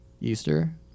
easter